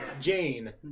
Jane